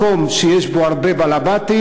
מקום שיש בו הרבה "בלבתים",